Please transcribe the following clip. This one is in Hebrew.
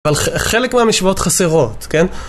אבל חלק מהמשוואות חסרות, כן?